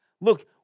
Look